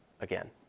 again